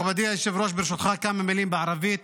מכובדי היושב-ראש, ברשותך, כמה מילים בערבית